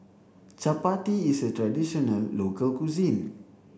Chappati is a traditional local cuisine